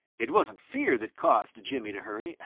it wasn't fear that caused jimmy to hurry.